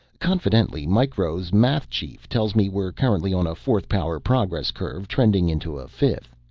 confidentially, micro's math chief tells me we're currently on a fourth-power progress curve trending into a fifth.